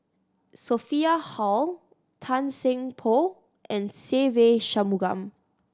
Sophia Hull Tan Seng Poh and Se Ve Shanmugam